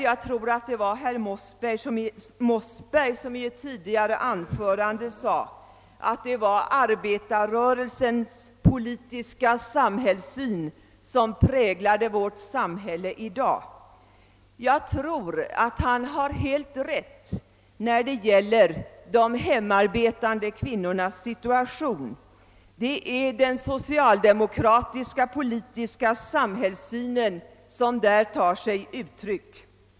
Jag tror det var herr Mossberg som i ett tidigare anförande sade, att det är arbetarrörelsens politiska samhällssyn som präglar vårt samhälle i dag. Jag tror att han har helt rätt när det gäller de hemmaarbetande kvinnornas situation — det är den socialdemokratiska politiska samhällssynen som där tar sig uttryck.